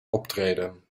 optreden